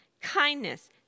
kindness